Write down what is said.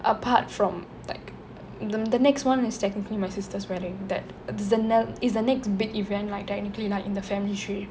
apart from like the next one is technically my sister's wedding that is the is the next big event like technically in the family tree